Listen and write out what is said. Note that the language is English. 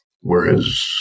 whereas